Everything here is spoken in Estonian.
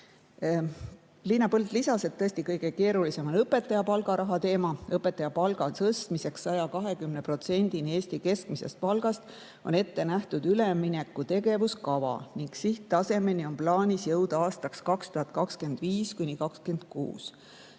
Liina Põld lisas, et tõesti on kõige keerulisem õpetaja palgaraha teema. Õpetaja palga tõstmiseks 120%-ni Eesti keskmisest palgast on ette nähtud ülemineku tegevuskava ning sihttasemeni on plaanis jõuda aastateks 2025–2026.